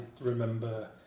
remember